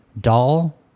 doll